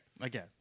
again